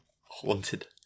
haunted